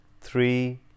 three